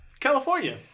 California